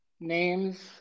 names